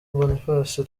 boniface